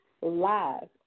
live